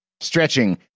stretching